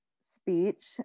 speech